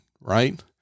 right